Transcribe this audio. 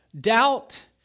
doubt